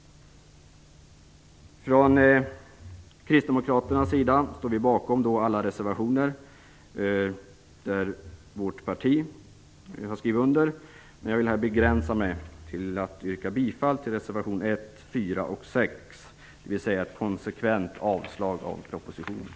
Vi kristdemokrater står bakom alla reservationer som företrädare för vårt parti har skrivit under. Men jag begränsar mig här till att yrka bifall till reservationerna 1, 4 och 6 - dvs. det handlar om ett konsekvent avslag på propositionen.